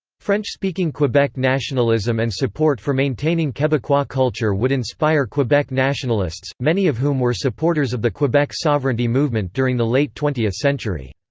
french-speaking quebec nationalism and support for maintaining quebecois culture would inspire quebec nationalists, many of whom were supporters of the quebec sovereignty movement during the late twentieth century.